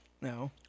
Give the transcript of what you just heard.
No